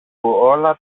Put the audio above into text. όλα